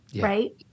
right